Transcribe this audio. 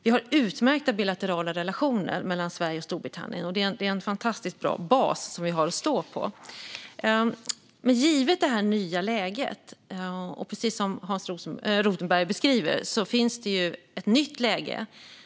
Vi har utmärkta bilaterala relationer mellan Sverige och Storbritannien, och det är en fantastiskt bra bas att stå på. Men precis som Hans Rothenberg beskriver finns det nu ett nytt läge.